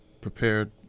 prepared